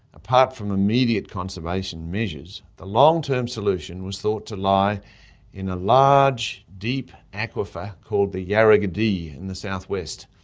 apart from immediate conservation measures, the long-term solution was thought to lie in a large deep aquifer called the yarragadee in the south west.